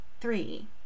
Three